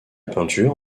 peinture